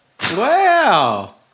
Wow